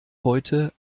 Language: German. heute